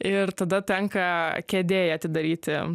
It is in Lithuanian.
ir tada tenka kėdėj atidaryti